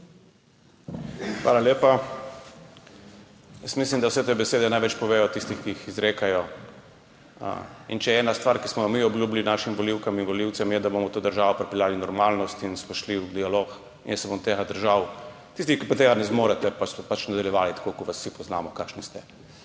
Hvala lepa. Jaz mislim, da vse te besede največ povedo o tistih, ki jih izrekajo, in še ena stvar, ki smo jo mi obljubili našim volivkam in volivcem, je, da bomo to državo pripeljali v normalnost in smo šli v dialog. Jaz se bom tega držal. Tisti, ki pa tega ne zmorete, pa boste pač nadaljevali tako, kot vas vsi poznamo, kakšni ste.